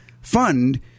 fund